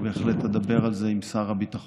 בהחלט אדבר על זה עם שר הביטחון.